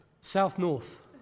South-north